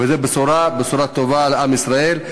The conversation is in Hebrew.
וזו בשורה, בשורה, בשורה טובה לעם ישראל.